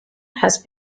has